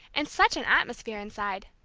and such an atmosphere inside!